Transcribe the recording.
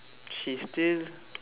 she still